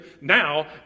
now